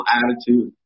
attitude